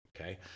okay